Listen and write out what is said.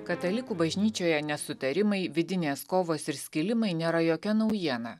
katalikų bažnyčioje nesutarimai vidinės kovos ir skilimai nėra jokia naujiena